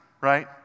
right